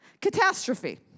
catastrophe